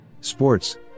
Sports